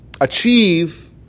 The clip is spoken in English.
achieve